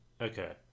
Okay